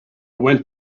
went